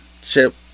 Chip